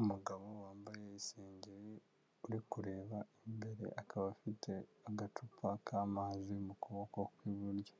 Umugabo wambaye isengeri uri kureba imbere akaba afite agacupa k'amazi mu kuboko kw'iburyo,